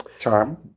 Charm